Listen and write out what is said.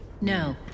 No